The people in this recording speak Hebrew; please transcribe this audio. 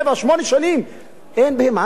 אין בהם עד היום תוכניות מפורטות,